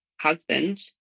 husband